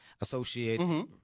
associate